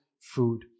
food